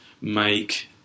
make